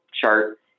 chart